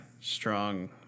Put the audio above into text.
strong